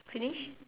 finish